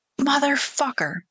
Motherfucker